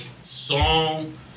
song